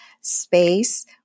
space